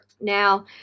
Now